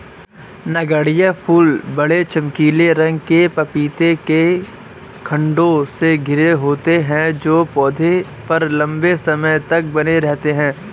नगण्य फूल बड़े, चमकीले रंग के पपीते के खण्डों से घिरे होते हैं जो पौधे पर लंबे समय तक बने रहते हैं